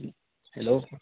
hello